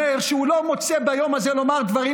אומר שהוא לא מוצא ביום הזה לומר דברים